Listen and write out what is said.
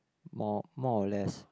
more more or less